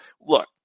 Look